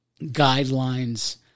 guidelines